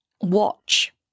watch